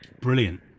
Brilliant